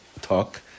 talk